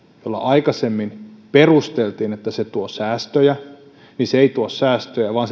jota aikaisemmin perusteltiin sillä että se tuo säästöjä ei tuo säästöjä vaan